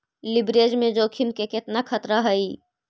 Leverage में जोखिम के केतना खतरा हइ?